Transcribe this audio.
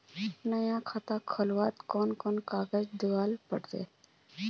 नया खाता खोले में कौन कौन कागज देल पड़ते?